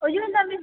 ওই জন্যই তো আমি